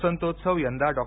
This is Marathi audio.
वसंतोत्सव यंदा डॉ